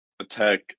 attack